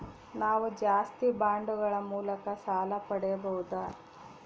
ನಾವು ಆಸ್ತಿ ಬಾಂಡುಗಳ ಮೂಲಕ ಸಾಲ ಪಡೆಯಬಹುದಾ?